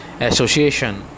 association